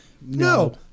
No